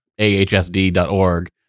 AHSD.org